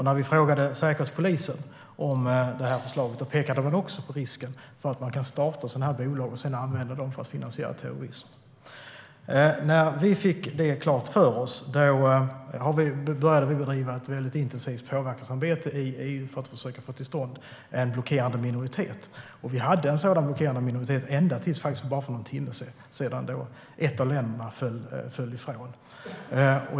När vi frågade Säkerhetspolisen om förslaget pekade de också på risken att starta sådana bolag och sedan använda dem för att finansiera terrorism. När vi fick det klart för oss började vi bedriva ett intensivt påverkansarbete i EU för att försöka få till stånd en blockerande minoritet. Vi hade en sådan blockerande minoritet ända till för någon timme sedan, då ett av länderna föll ifrån.